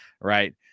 Right